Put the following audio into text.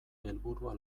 helburua